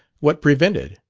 what prevented?